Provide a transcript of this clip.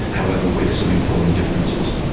however with some important differences.